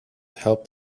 helped